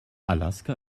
alaska